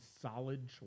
solid